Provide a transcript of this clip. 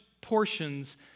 portions